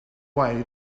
way